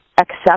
accept